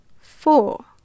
four